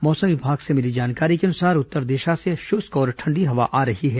मौसम विभाग से मिली जानकारी के अनुसार उत्तर दिशा से शुष्क और ठंडी हवा आ रही है